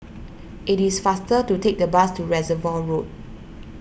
it is faster to take the bus to Reservoir Road